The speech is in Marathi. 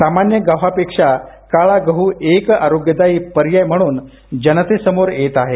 सामान्य गव्हा पेक्षा काळा गह् एक आरोग्यदायी पर्याय म्हणून जनतेसमोर येतो आहे